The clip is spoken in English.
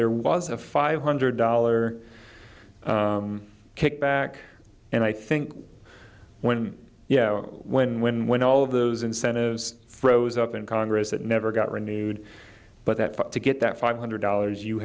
there was a five hundred dollar kickback and i think when yeah when when when all of those incentives froze up in congress it never got renewed but that to get that five hundred dollars you